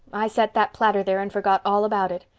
i set that platter there and forgot all about it.